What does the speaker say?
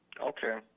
Okay